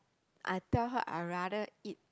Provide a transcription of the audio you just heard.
I tell her I rather eat